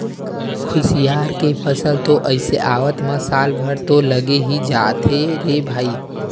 खुसियार के फसल तो अइसे आवत म साल भर तो लगे ही जाथे रे भई